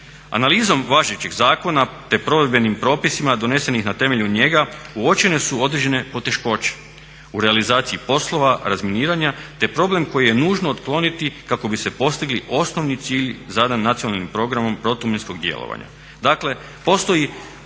Analizom važećeg zakona te provedbenim propisima donesenim na temelju njega uočene su određene poteškoće u realizaciji poslova razminiranja te problem koji je nužno otkloniti kako bi se postigli osnovni cilj zadan Nacionalnim programom protuminskog djelovanja.